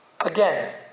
Again